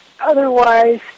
otherwise